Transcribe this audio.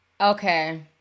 Okay